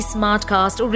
Smartcast